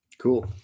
Cool